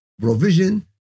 provision